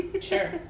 Sure